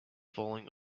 falling